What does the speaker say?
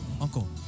Uncle